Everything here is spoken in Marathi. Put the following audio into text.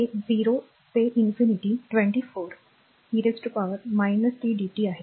ते 0 ते infinity 24 e tdt आहे